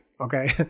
okay